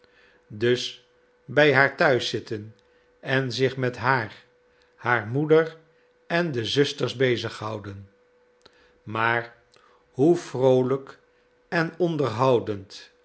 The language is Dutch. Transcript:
dus bij haar thuis zitten en zich met haar haar moeder en de zusters bezig houden maar hoe vroolijk en onderhoudend